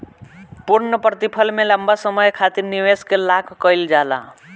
पूर्णप्रतिफल में लंबा समय खातिर निवेश के लाक कईल जाला